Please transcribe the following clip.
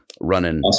Running